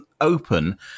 open